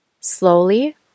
Slowly